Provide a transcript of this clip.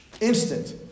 Instant